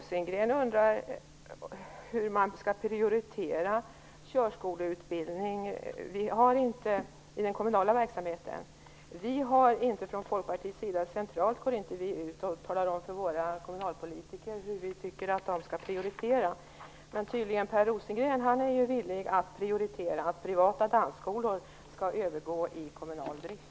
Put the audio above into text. Per Rosengren undrar hur man skall prioritera körskoleutbildning i den kommunala verksamheten. Från Folkpartiets sida centralt går vi inte ut och talar om för våra kommunalpolitiker hur vi tycker att de skall prioritera. Men tydligen är Per Rosengren villig att prioritera att privata dansskolor skall övergå i kommunal drift.